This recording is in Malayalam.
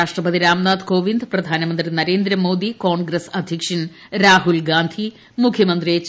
രാഷ്ട്രപതി രാം നാഥ് കോവിന്ദ് പ്രധാനമന്ത്രി നരേന്ദ്രമോദി കോൺഗ്രസ് അധ്യക്ഷൻ രാഹുൽ ഗാന്ധി മുഖ്യമന്ത്രി എച്ച്